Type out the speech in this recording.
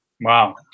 Wow